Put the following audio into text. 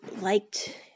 liked